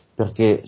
perché